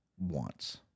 wants